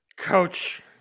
Coach